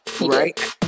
Right